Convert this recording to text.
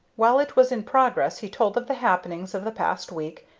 while it was in progress he told of the happenings of the past week,